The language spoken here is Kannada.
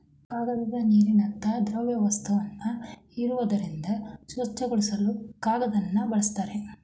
ಕಾಗದ ನೀರಿನಂತ ದ್ರವವಸ್ತುನ ಹೀರೋದ್ರಿಂದ ಸ್ವಚ್ಛಗೊಳಿಸಲು ಕಾಗದನ ಬಳುಸ್ತಾರೆ